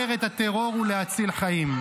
למגר את הטרור ולהציל חיים.